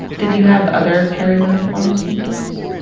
did you have other perimenopausal symptoms?